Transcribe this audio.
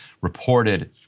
reported